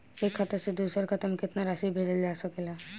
एक खाता से दूसर खाता में केतना राशि भेजल जा सके ला?